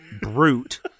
brute